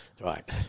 right